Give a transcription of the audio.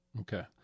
Okay